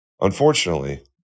Unfortunately